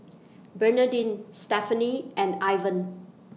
Bernadine Stephenie and Ivan